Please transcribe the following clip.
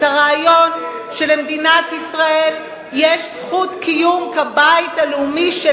את הרעיון שלמדינת ישראל יש זכות קיום כבית הלאומי של